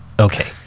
Okay